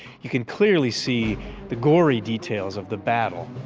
you can clearly see the gory details of the battle.